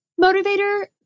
motivator